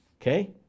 Okay